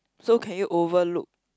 so can you overlook